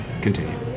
continue